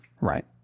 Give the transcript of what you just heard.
Right